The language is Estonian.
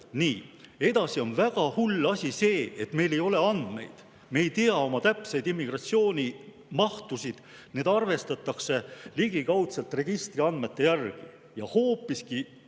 poole. Väga hull asi on see, et meil ei ole andmeid: me ei tea täpseid immigratsioonimahtusid, need arvestatakse ligikaudselt registri andmete järgi. Hoopiski